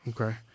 Okay